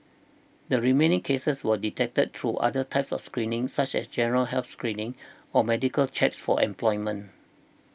the remaining cases were detected through other types of screening such as general health screening or medical checks for employment